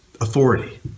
authority